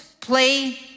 play